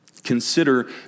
Consider